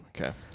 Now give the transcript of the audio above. Okay